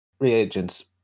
reagents